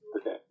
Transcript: okay